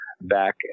back